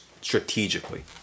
strategically